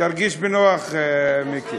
תרגיש בנוח, מיקי.